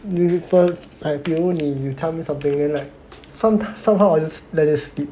miracle like people 问你 you tell me something like some~ somehow I just let it slip